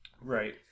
Right